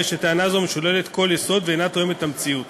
הרי שטענה זו משוללת כל יסוד ואינה תואמת את המציאות.